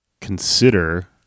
consider